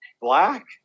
black